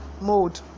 mode